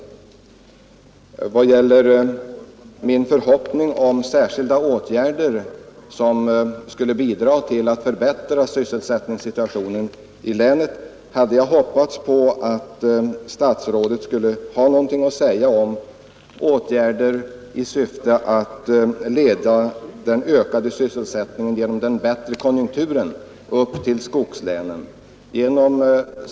I vad gäller frågan om särskilda åtgärder som skulle bidra till att förbättra sysselsättningssituationen i länet hade jag hoppats att statsrådet skulle ha någonting att säga om åtgärder i syfte att leda den ökade sysselsättning, som följer med den bättre konjunkturen, upp till skogslänen.